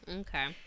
okay